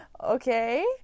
okay